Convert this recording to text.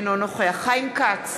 אינו נוכח חיים כץ,